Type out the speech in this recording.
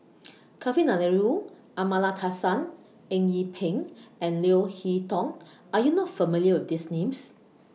Kavignareru Amallathasan Eng Yee Peng and Leo Hee Tong Are YOU not familiar with These Names